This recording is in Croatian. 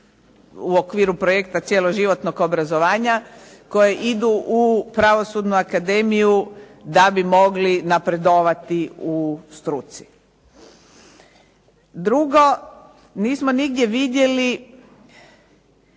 u okviru projekta cjeloživotnog obrazovanja koji idu na Akademiju da bi mogli napredovati u struci. Drugo, nismo nigdje vidjeli